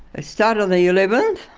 it started on the eleventh,